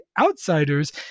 outsiders